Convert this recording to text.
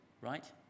right